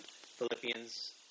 Philippians